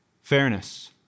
Fairness